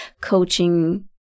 coaching